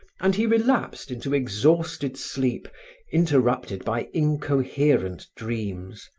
and he relapsed into exhausted sleep interrupted by incoherent dreams,